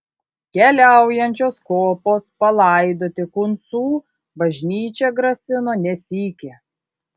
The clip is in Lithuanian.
keliaujančios kopos palaidoti kuncų bažnyčią grasino ne sykį